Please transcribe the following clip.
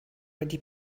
wedi